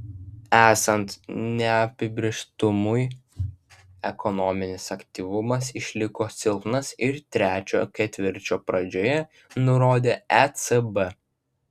esant neapibrėžtumui ekonominis aktyvumas išliko silpnas ir trečio ketvirčio pradžioje nurodė ecb